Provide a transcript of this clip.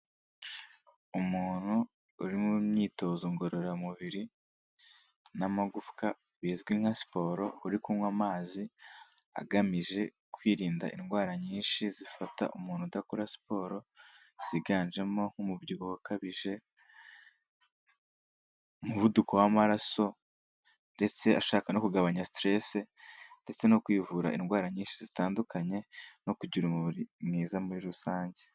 Umuntu uri mu myitozo ngororamubiri n'amagufwa, bizwi nka siporo, uri kunywa amazi, agamije kwirinda indwara nyinshi zifata umuntu udakora siporo, ziganjemo umubyibuho ukabije, umuvuduko w'amaraso, ndetse ashaka no kugabanya siterese ndetse no kwivura indwara nyinshi zitandukanye, no kugira umubiri mwiza muri rusange.